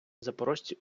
запорожці